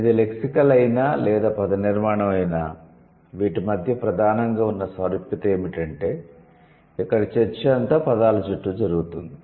ఇది లెక్సికల్ అయినా లేదా పదనిర్మాణం అయినా వీటి మధ్య ప్రధానంగా ఉన్న సారూప్యత ఏమిటంటే ఇక్కడ చర్చ అంతా పదాల చుట్టూ జరుగుతుంది